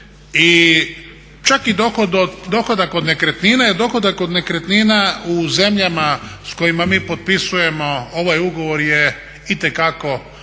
i čak i dohodak od nekretnine je dohodak od nekretnina u zemljama s kojima mi potpisujemo ovaj ugovor je itekako velik